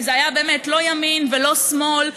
כי זה היה לא ימין ולא שמאל,